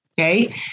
okay